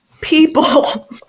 people